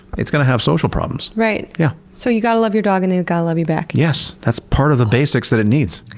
it's gonna have social problems. right. yeah so you gotta love your dog and they gotta love you back. yes. that's part of the basics that it needs.